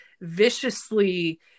viciously